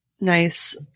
nice